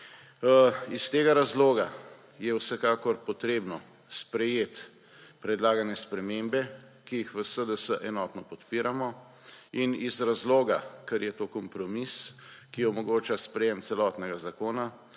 Iz tega razloga je vsekakor potrebno sprejet predlagane spremembe, ki jih v SDS enotno podpiramo in iz razloga, ker je to kompromis, ki omogoča sprejem celotnega zakona,